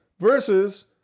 Versus